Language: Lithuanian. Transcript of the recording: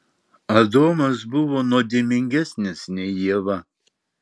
adomas buvo nuodėmingesnis nei ieva